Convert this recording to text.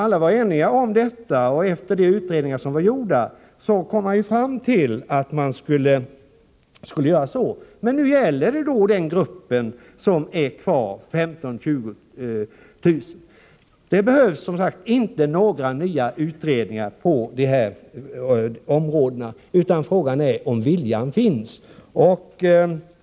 Alla var eniga därom, och efter gjorda utredningar kom man fram till att man skulle göra så. Men nu gäller det den grupp som är kvar —- 15 000-20 000. Det behövs alltså ingen utredning på de här områdena, frågan är om viljan finns.